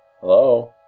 Hello